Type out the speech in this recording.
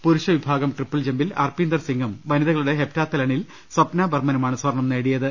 പുരുഷ വിഭാഗം ട്രിപ്പിൾ ജംപിൽ അർപ്പീന്ദർ സിങ്ങും വനിതളുടെ ഹെപ്റ്റാത്തലണിൽ സ്വപ്ന ബർമനുമാണ് സ്വർണം നേടി യത്